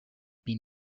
been